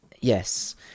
Yes